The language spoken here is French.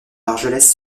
argelès